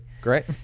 Great